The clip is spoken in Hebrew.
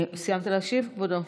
סיימת להשיב, כבודו?